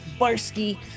Barsky